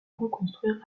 reconstruire